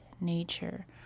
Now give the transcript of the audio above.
nature